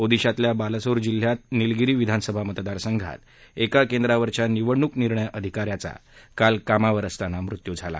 ओदिशातल्या बालासोर जिल्ह्यात निलगिरी विधानसभा मतदार संघात एका केंद्रावरच्या निवडणूक निर्णय अधिकाऱ्याचा काल कामावर असताना मृत्यू झाला